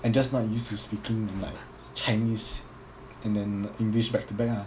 I'm just not used to speaking in like chinese and then english back to back ah